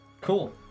cool